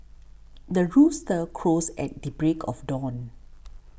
the rooster crows at the break of dawn